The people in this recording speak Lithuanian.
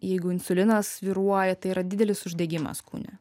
jeigu insulinas svyruoja tai yra didelis uždegimas kūne